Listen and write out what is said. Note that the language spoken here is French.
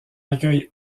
accueil